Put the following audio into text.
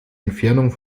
entfernung